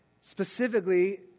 specifically